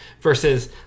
versus